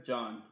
John